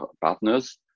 partners